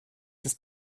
ist